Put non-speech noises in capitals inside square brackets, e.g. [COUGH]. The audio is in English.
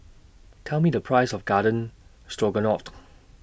Tell Me The Price of Garden Stroganoff [NOISE]